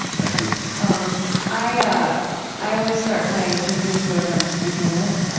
thank you um i ah i always start my interviews, whoever i'm speaking with,